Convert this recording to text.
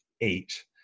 eight